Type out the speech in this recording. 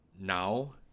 now